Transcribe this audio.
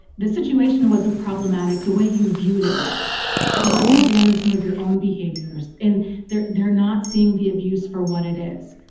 the situation wasn't problematic the way you viewed it was or let's examine some of your own behaviors and they're they're not seeing the abuse for what it is.